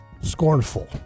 scornful